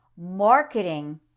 marketing